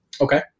Okay